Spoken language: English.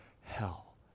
hell